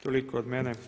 Toliko od mene.